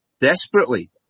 desperately